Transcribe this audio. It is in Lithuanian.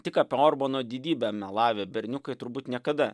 tik apie orbano didybę melavę berniukai turbūt niekada